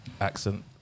accent